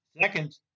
Second